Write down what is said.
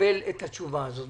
לקבל את התשובה הזאת.